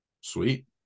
sweet